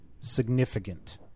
significant